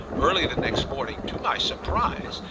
early the next morning, to my surprise,